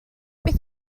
beth